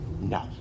No